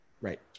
Right